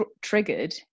triggered